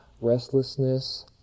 restlessness